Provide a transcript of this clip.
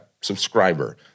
subscriber